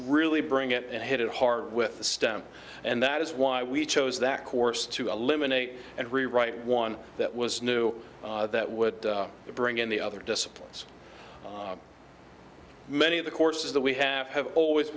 really bring it and hit it hard with the stem and that is why we chose that course to eliminate and rewrite one that was new that would bring in the other disciplines many of the courses that we have have always